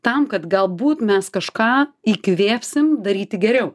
tam kad galbūt mes kažką įkvėpsim daryti geriau